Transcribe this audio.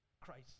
Christ